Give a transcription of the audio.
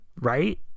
right